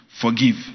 Forgive